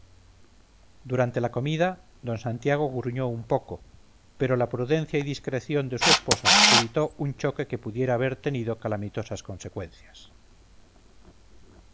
durante la comida d santiago gruñó un poco pero la prudencia y discreción de su esposa evitó un choque que pudiera haber tenido calamitosas consecuencias